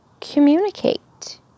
communicate